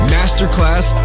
Masterclass